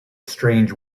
strange